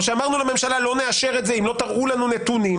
או שאמרנו לממשלה שלא נאשר את זה אם לא תראו לנו נתונים,